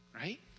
right